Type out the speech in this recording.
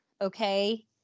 Okay